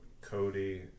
Cody